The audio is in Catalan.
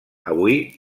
avui